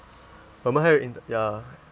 我们还有 inter~ ya